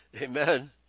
Amen